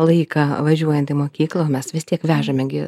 laiką važiuojant į mokyklą o mes vis tiek vežame gi